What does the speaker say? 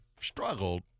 struggled